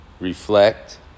reflect